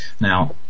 Now